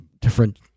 different